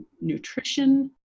nutrition